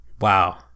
wow